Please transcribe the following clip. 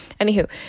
Anywho